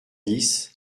dix